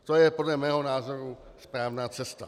To je podle mého názoru správná cesta.